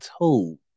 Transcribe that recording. told